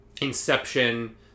inception